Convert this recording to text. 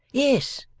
yes,